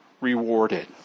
rewarded